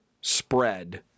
spread